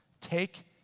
take